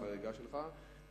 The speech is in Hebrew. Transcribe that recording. לחריגה שלך,